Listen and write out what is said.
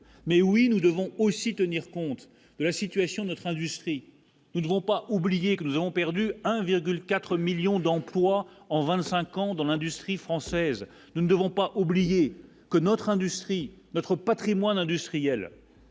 Mais oui, nous devons aussi tenir compte de la situation de notre industrie, il faut pas oublier que nous avons perdu 1,4 1000000 d'emplois en 25 ans dans l'industrie française, nous ne devons pas oublier que notre industrie, notre Patrimoine industriel.